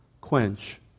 quench